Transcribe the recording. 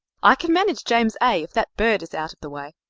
i can manage james a. if that bird is out of the way.